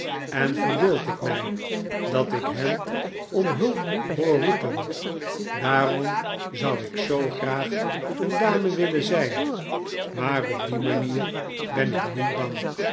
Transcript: en verbeeld ik mij dat ik hen om hulp hoor roepen daarom zou ik zoo graag een dame willen zijn maar op die manier ben ik niet bang